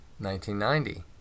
1990